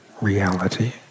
reality